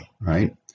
right